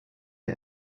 der